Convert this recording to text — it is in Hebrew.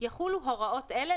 יחולו הוראות אלה,